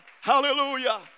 hallelujah